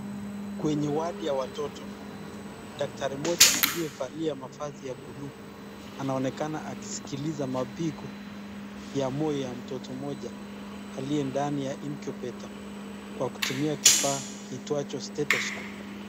Kwenye wadi ya watoto, dakitari moja aliyevalia mavazi ya buluu anaonekana akisikiliza mapigo ya moyo ya mtoto moja aliye ndani ya incubator kwa kutumia kifaa kiitwacho stethoscope .